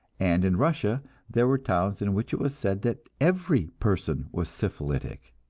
and in russia there were towns in which it was said that every person was syphilitic.